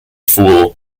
fool